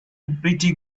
pretty